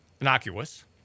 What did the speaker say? innocuous